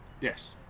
Yes